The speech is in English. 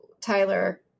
Tyler